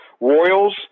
Royals